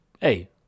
hey